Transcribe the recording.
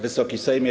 Wysoki Sejmie!